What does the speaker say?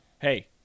Hey